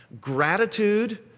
gratitude